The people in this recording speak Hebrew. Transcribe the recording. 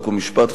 חוק ומשפט,